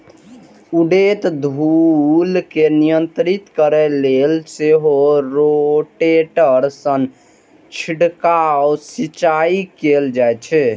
उड़ैत धूल कें नियंत्रित करै लेल सेहो रोटेटर सं छिड़काव सिंचाइ कैल जाइ छै